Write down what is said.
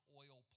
oil